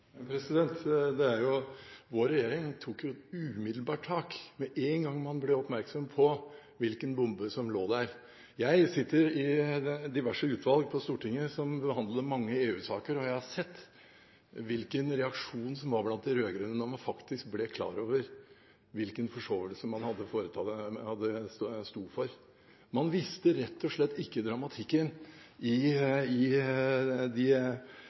Vår regjering tok umiddelbart tak med en gang man ble oppmerksom på hvilken bombe som lå der. Jeg sitter i diverse utvalg på Stortinget som behandler mange EU-saker, og jeg har sett hvilken reaksjon som var blant de rød-grønne da man faktisk ble klar over hvilken forsovelse man sto for. Man visste rett og slett ikke om dramatikken i det som var besluttet i